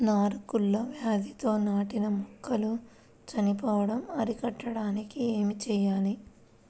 నారు కుళ్ళు వ్యాధితో నాటిన మొక్కలు చనిపోవడం అరికట్టడానికి ఏమి చేయాలి?